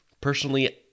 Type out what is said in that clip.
Personally